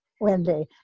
Wendy